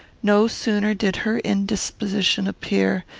no sooner did her indisposition appear,